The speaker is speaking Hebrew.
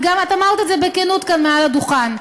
ואמרת את זה בכנות כאן מעל השולחן: